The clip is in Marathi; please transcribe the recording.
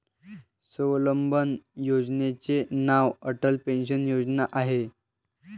स्वावलंबन योजनेचे नाव अटल पेन्शन योजना आहे